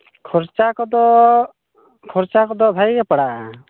ᱠᱷᱚᱨᱪᱟ ᱠᱚᱫᱚ ᱠᱷᱚᱨᱪᱟ ᱠᱚᱫᱚ ᱵᱷᱟᱹᱜᱮᱜᱮ ᱯᱟᱲᱟᱜᱼᱟ